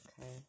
Okay